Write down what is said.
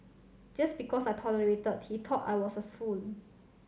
just because I tolerated he thought I was a fool